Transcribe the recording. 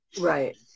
Right